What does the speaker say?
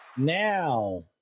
Now